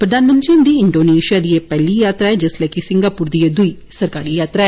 प्रधानमंत्री हुन्दी इंडोनेशिया दी एह् पेहली यात्रा ऐ जिस्सले कि सिंगापुर दी दुई सरकारी यात्रा